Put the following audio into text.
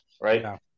right